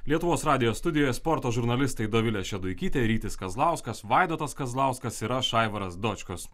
lietuvos radijo studijoje sporto žurnalistai dovilė šeduikytė rytis kazlauskas vaidotas kazlauskas ir aš aivaras dočkus